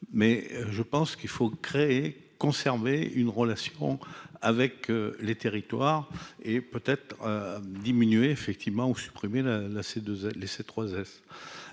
mais je pense qu'il faut créer et conserver une relation avec les territoires, et peut être diminuée effectivement ou supprimé la la,